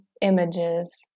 images